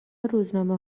روزنامه